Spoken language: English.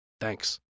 Thanks